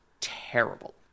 terrible